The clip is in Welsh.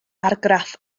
argraff